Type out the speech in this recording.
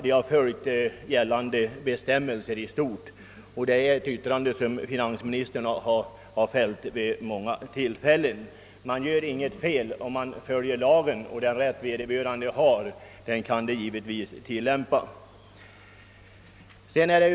De har ju följt de bestämmelser som finns — det har finansministern framhållit vid många tillfällen. Man begår inget fel när man följer lagens bestämmelser. De rättigheter vederbörande har enligt lagen skall givetvis tillämpas.